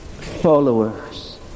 followers